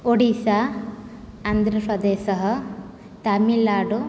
ओडीशा आन्ध्रप्रदेशः तामिल्नाडु